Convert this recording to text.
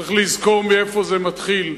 צריך לזכור מאיפה זה מתחיל.